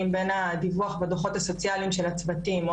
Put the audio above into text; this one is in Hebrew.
בן הדיווח בדוחות הסוציאליים של הצוותים,